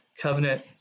covenant